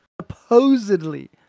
supposedly